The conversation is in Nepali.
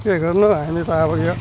के गर्नु हामी त अब यो